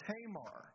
Tamar